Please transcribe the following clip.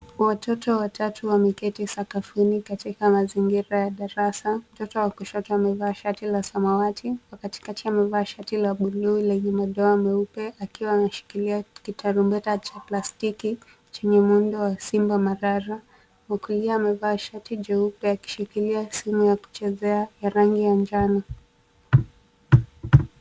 Watoto watatu wameketi sakafuni katika mazingira ya darasa. Mtoto wa kushoto amevaa shati la samawati, wa katikati amevaa shati la buluu lenye madoa meupe akiwa ameshikilia tarumbeta cha plastiki yenye muundo wa Simba marara na wa kulia amevaa shati jeupe akishikilia simu ya kuchezea ya rangi ya njano.